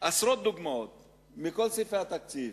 עשרות דוגמאות מכל סעיפי התקציב,